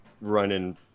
running